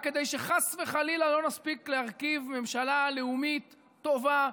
רק כדי שחס וחלילה לא נספיק להרכיב ממשלה לאומית טובה,